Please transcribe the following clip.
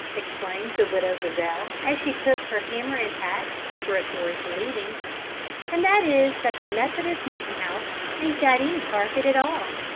exclaimed the widow buzzell, as she took her hammer and tacks preparatory to leaving and that is that the methodist meetin'-house ain't got any carpet at all.